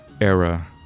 era